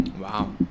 Wow